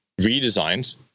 redesigns